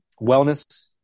wellness